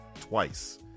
twice